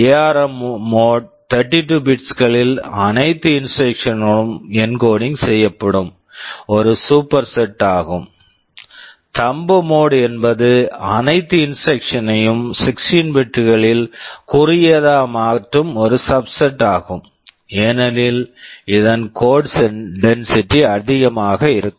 ARM ARM mode mode 32 bits bits களில் அனைத்து instruction instruction களும் என்கோடிங் encoding செய்யப்படும் ஒரு சூப்பர்செட் superset ஆகும் தம்ப் மோட் thumb mode என்பது அனைத்து இன்ஸ்ட்ரக்க்ஷன் instruction யும் 16 பிட்ஸ் bits களில் குறுகியதாக மாற்றும் ஒரு சப்செட் subset ஆகும் ஏனெனில் இதன் கோட் டென்சிட்டி code density அதிகமாக இருக்கும்